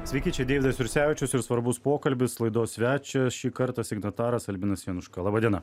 sveiki čia deividas jurisevičius ir svarbus pokalbis laidos svečias šį kartą signataras albinas januška laba diena